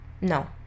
no